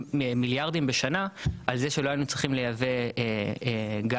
בשנה על זה שלא היינו צריכים לייבא גז,